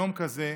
יום כזה,